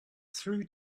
through